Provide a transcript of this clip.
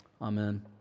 amen